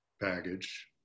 baggage